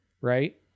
right